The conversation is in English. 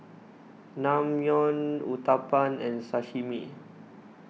Naengmyeon Uthapam and Sashimi